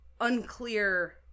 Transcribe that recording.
unclear